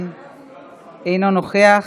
אינו נוכח,